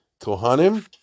Kohanim